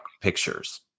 pictures